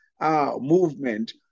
movement